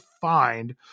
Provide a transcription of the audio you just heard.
find